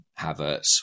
Havertz